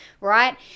right